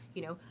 you know,